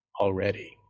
already